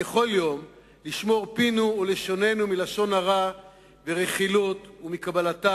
ובכל יום לשמור פינו ולשוננו מלשון הרע ורכילות ומקבלתם,